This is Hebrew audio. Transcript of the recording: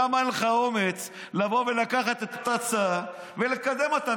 למה אין לך אומץ לבוא ולקחת את אותה הצעה ולקדם אותה?